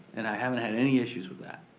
and i haven't had any issues with that.